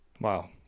Wow